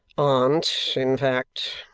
aunt in fact,